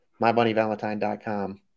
mybunnyvalentine.com